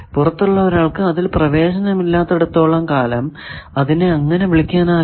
പുറത്തുള്ള ഒരാൾക്ക് അതിൽ പ്രവേശനമില്ലാത്തിടത്തോളം കാലം അതിനെ അങ്ങനെ വിളിക്കാനാകില്ല